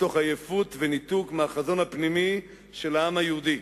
מתוך עייפות וניתוק מהחזון הפנימי של העם היהודי.